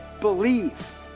believe